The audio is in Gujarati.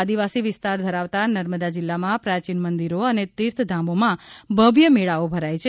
આદિવાસી વિસ્તાર ધરાવતા નર્મદા જિલ્લામાં પ્રાચીન મંદિરો અને તીર્થધામોમાં ભવ્ય મેળાઓ ભરાય છે